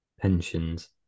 pensions